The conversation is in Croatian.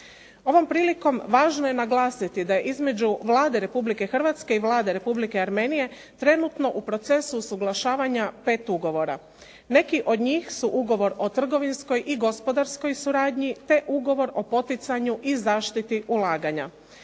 Ovom prilikom važno je naglasiti da je između Vlade Republike Hrvatske i Vlade Republike Armenije trenutno u procesu usuglašavanja pet ugovora. Neki od njih su ugovor o trgovinskoj i gospodarskoj suradnji, te ugovor o poticanju i zaštiti ulaganja.